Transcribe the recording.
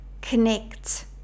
connect